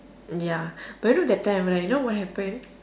ya but you know that time right you know what happen